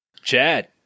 Chad